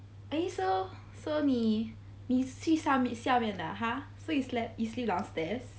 eh so so 你你睡上面下面 ah !huh! so you slept you sleep downstairs